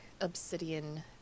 obsidian